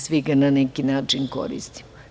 Svi ga na neki način koristimo.